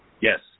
Yes